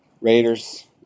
Raiders